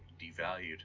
devalued